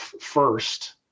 first